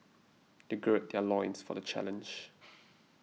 they gird their loins for the challenge